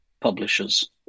publishers